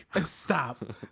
Stop